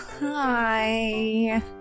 Hi